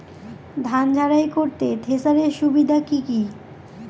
ধান ঝারাই করতে থেসারের সুবিধা কি কি?